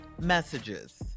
messages